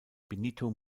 benito